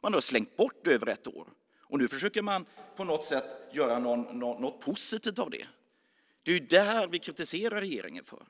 Man har slängt bort över ett år, och nu försöker man göra något positivt av det. Det är det vi kritiserar regeringen för.